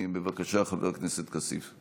בבקשה, חבר הכנסת כסיף.